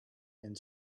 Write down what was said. and